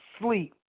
sleep